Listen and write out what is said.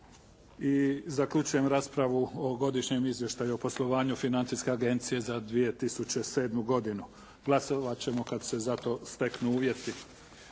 I zaključujem raspravu o Godišnjem izvještaju o poslovanju Financijske agencije za 2007. godinu. Glasovati ćemo kad se za to steknu uvjeti.